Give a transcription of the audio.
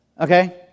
Okay